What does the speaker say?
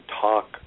talk